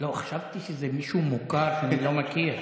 חשבתי שזה מישהו מוכר שאני לא מכיר.